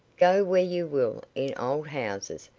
go where you will, in old houses,